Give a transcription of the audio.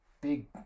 big